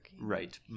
Right